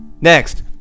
Next